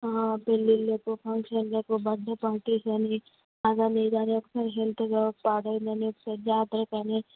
ఆ పెళ్లిళ్లకు ఫంక్షన్లకు బర్తడే పార్టీస్ అని అది అని ఇది అని ఒకసారి హెల్త్ పాడైంది అని ఒకసారి జాతరకి అని